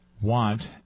want